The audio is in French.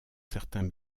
certains